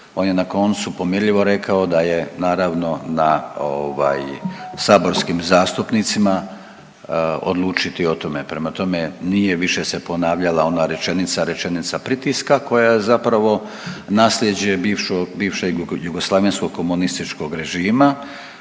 On je na koncu pomirljivo rekao da je naravno na ovaj saborskim zastupnicima odlučiti o tome. Prema tome, nije više se ponavljala ona rečenica, rečenica pritiska koja je zapravo nasljeđe bivšeg jugoslavensko komunističkog režima.